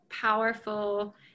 powerful